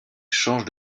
change